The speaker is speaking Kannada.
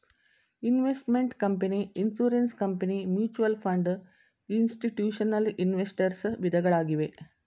investment company, insurance company, mutual fund, institutional investors ವಿಧಗಳಾಗಿವೆ